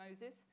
Moses